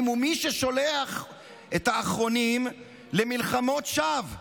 הוא מי ששולח את האחרונים למלחמות שווא.